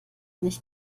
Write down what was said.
nicht